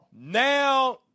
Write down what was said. Now